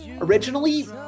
Originally